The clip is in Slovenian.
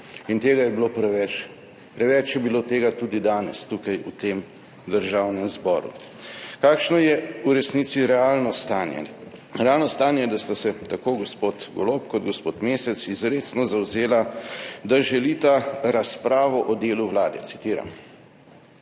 In tega je bilo preveč. Preveč je bilo tega tudi danes tukaj v tem državnem zboru. Kakšno je v resnici realno stanje? Realno stanje je, da sta se tako gospod Golob kot gospod Mesec izrecno zavzela, da želita razpravo o delu vlade, citiram.